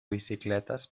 bicicletes